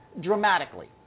dramatically